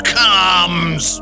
comes